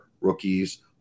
rookies